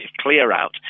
clear-out